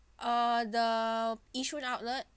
uh the yishun outlet